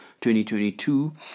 2022